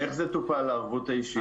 איך זה טופל הערבות האישית?